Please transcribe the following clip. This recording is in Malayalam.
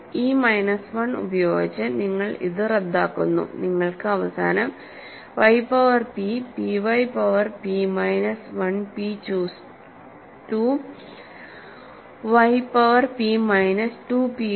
ഈ മൈനസ് 1 ഉപയോഗിച്ച് നിങ്ങൾ അത് റദ്ദാക്കുന്നു നിങ്ങൾക്ക് അവസാനം y പവർ പിp y power p minus 1 p choose 2 y power p minus 2p y